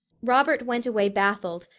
robert went away baffled,